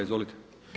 Izvolite.